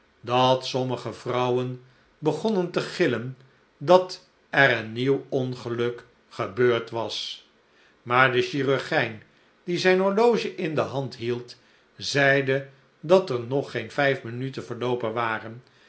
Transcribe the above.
dat sommige vrouwen begonnen te gillen dat er een nieuw ongeluk gebeurd was maar de chirurgijn die zrjn horloge in de hand hield zeide dat er nog geen vijf minuten verloopen waren